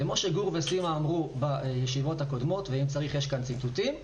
כמו שגור וסימה אמרו בישיבות הקודמות ואם צריך יש כאן ציטוטים,